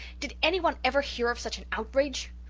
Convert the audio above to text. did anyone ever hear of such an outrage?